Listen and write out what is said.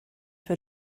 für